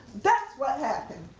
that's what happened.